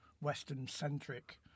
Western-centric